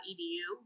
Edu